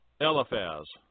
Eliphaz